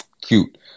Cute